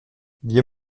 wir